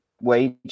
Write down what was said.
wage